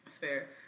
Fair